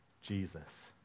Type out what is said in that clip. Jesus